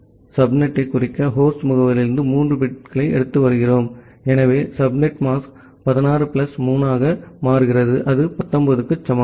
ஏனெனில் சப்நெட்டைக் குறிக்க ஹோஸ்ட் முகவரியிலிருந்து 3 பிட்களை எடுத்து வருகிறோம் எனவே சப்நெட் மாஸ்க் 16 பிளஸ் 3 ஆக மாறுகிறது அது 19 க்கு சமம்